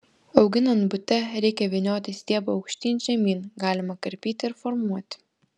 auginant bute reikia vynioti stiebą aukštyn žemyn galima karpyti ir formuoti